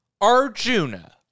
arjuna